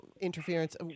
interference